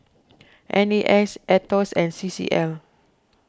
N A S Aetos and C C L